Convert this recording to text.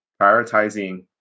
prioritizing